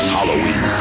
Halloween